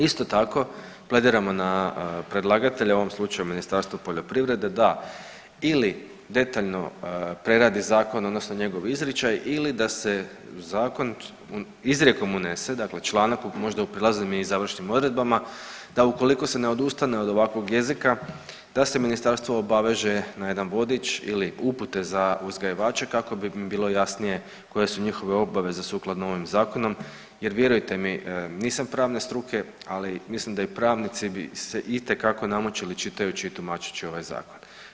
Isto tako plediramo na predlagatelja, u ovom slučaju Ministarstvo poljoprivrede, da ili detaljno preradi zakon odnosno njegov izričaj ili da se u zakon izrijekom unese dakle članak, možda u prijelaznim i završnim odredbama, da ukoliko se ne odustane od ovakvog jezika da se ministarstvo obaveže na jedan vodič ili upute za uzgajivače kako bi im bilo jasnije koje su njihove obaveze sukladno ovim zakonom jer vjerujte mi nisam pravne struke, ali mislim da i pravnici bi se itekako namučili čitajući i tumačeći ovaj zakon.